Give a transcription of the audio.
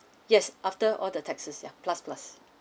yes after all the taxes ya plus plus